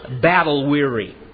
battle-weary